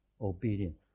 obedience